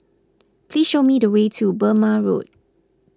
please show me the way to Burmah Road